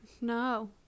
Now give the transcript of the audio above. No